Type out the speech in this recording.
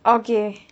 okay